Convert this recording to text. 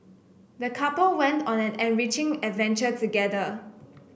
the couple went on an enriching adventure together